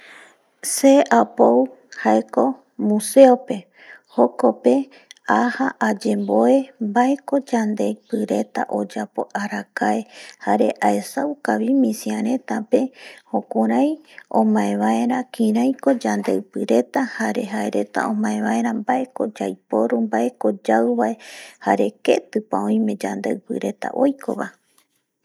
Se apou jaeko museo pe jokope aja ayemboe baeko yandeipi reta oyapo arakae, jare aesauka bi misia reta jukurai omae baera kiraiko yandeipi reta jare jae reta omae baera baeko yaiporu bae jare baeko yau ba, jare ketiko yandeipi reta oiko bae